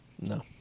No